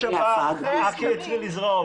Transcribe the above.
בחודש הבא, בחודש הבא, העקר יתחיל לזרום.